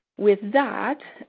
with that,